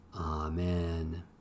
Amen